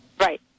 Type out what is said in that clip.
Right